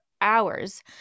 hours